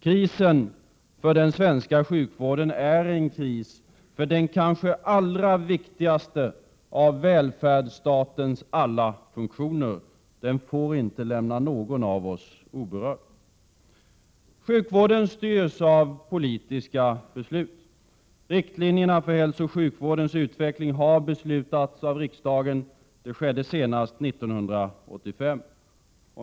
Krisen i den svenska sjukvården är en kris för den kanske allra viktigaste av välfärdsstatens alla funktioner. Den får inte lämna någon av oss oberörd. Sjukvården styrs av politiska beslut. Riktlinjerna för hälsooch sjukvårdens utveckling har beslutats av riksdagen. Senast skedde det 1985.